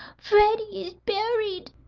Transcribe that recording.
freddie is buried.